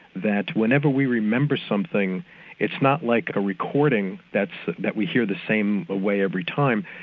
that whenever we remember something it's not like a recording that that we hear the same way every time,